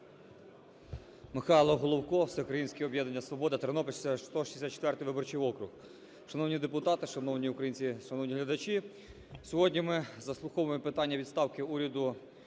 Михайло Головко, Всеукраїнське об'єднання "Свобода", Тернопіль, 164 виборчий округ. Шановні депутати, шановні українці, шановні глядачі! Сьогодні ми заслуховуємо питання відставку уряду